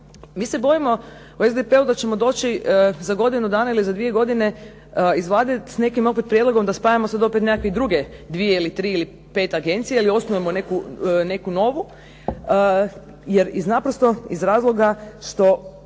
Mi se bojimo u SDP-u da ćemo doći za godinu dana ili za dvije godine iz Vlade s nekim opet prijedlogom da spajamo sada neke opet duge dvije, tri ili pet agencija ili osnujemo neku novu, jer naprosto iz razloga što